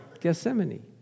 Gethsemane